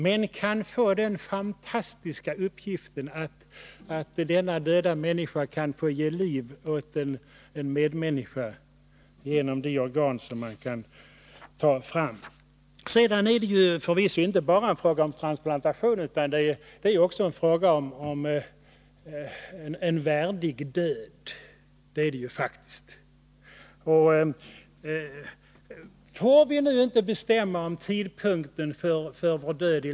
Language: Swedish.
Men den döde kan få den fantastiska uppgiften att ge liv åt en medmänniska genom de organ som man kan ta fram. Sedan är detta förvisso inte bara en fråga om transplantation, utan det gäller också frågan om en värdig död — det gör det ju faktiskt. Vi får f. n. i livets slutskede inte bestämma tidpunkten för vår död.